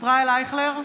ישראל אייכלר,